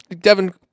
Devin